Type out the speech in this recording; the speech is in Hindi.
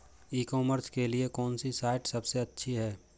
ई कॉमर्स के लिए कौनसी साइट सबसे अच्छी है?